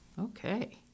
Okay